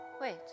Wait